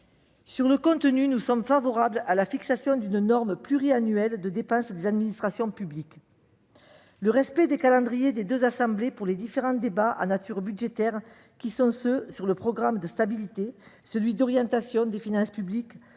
est du contenu, nous sommes favorables à la fixation d'une norme pluriannuelle de dépenses des administrations publiques. Le respect du calendrier des deux assemblées dans l'organisation des différents débats de nature budgétaire- sur le programme de stabilité, sur l'orientation des finances publiques,